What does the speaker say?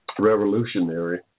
revolutionary